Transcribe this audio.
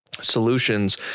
solutions